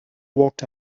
walked